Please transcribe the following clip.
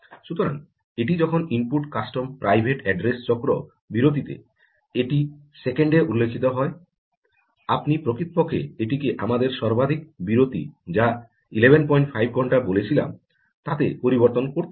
সুতরাং এটি যখন ইনপুট কাস্টম প্রাইভেট অ্যাড্রেস চক্র বিরতিতে এটি সেকেন্ডে উল্লিখিত হয় আপনি প্রকৃতপক্ষে এটিকে আমাদের সর্বাধিক বিরতি যা 115 ঘন্টা বলেছিলাম তাতে পরিবর্তন করতে পারেন